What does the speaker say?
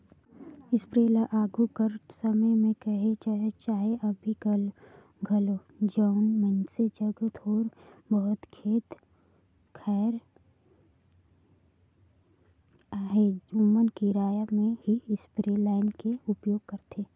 sprayer ल आघु कर समे में कह चहे अभीं घलो जउन मइनसे जग थोर बहुत खेत खाएर अहे ओमन किराया में ही इस्परे लाएन के उपयोग करथे